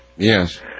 Yes